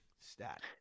stat